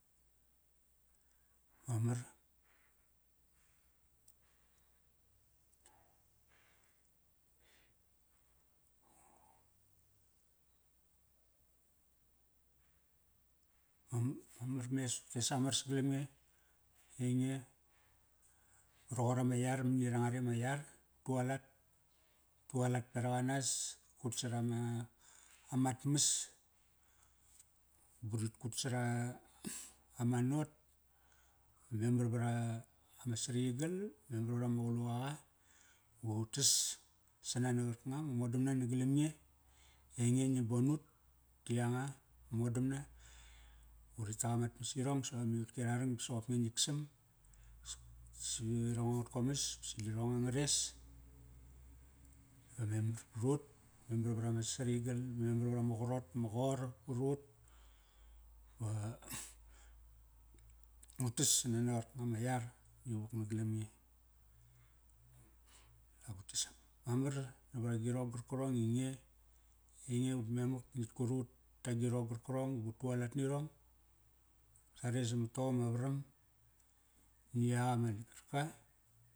Mamar ma, mamar mes, utes a mar sagalam nge i ainge, roqor ama yar mani ranga reama yar, ut tuakat, ut tu alat peraqa nas kut sarama, amat mas, ba urit kut sara ama not va memar ura, ama sariyigal, memar vara ma quluqaqa. Va utas, sana na qarkanga ma modamna nagalam nge i ainge ngin bon ut ti yanga, modamna. Uri tak amat mas irong ba sava ma ivatki ararang soqop nge ngik sam. Savirong angat komas ba sadirong angares. Va memar varut, memar varama sariyigal ba memar varama qarot bama qor varut. Ba utas sana na qarkanga ma yar nivuk na galam nge. Dap utes ama mar navat agirong garkarong i nge. Ainge ut memak ngit kur ut, ta agirong garkirong ba ut, ta agirong garkirong ba ut tu alat nirong sare samat tom ma varam ni yak ama ligarka.